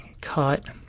Cut